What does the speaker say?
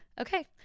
Okay